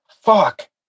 Fuck